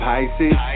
Pisces